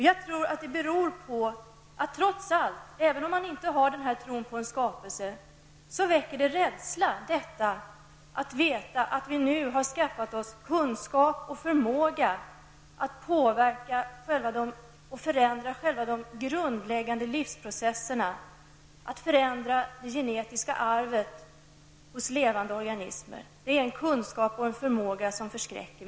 Jag tror att det beror på att det trots allt, även om man inte har en tro på en skapelse, väcker rädsla att veta att vi nu har skaffat oss kunskap och förmåga att påverka och det grundläggande livsprocesserna och förändra de genetiska arvet hos levande organismer. Det är en kunskap och en förmåga som förskräcker!